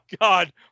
god